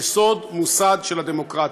יסוד מוסד של הדמוקרטיה.